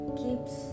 keeps